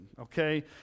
okay